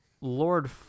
Lord